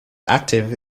active